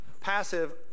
Passive